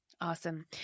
Awesome